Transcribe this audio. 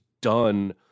done